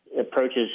approaches